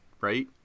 right